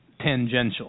tangential